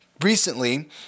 recently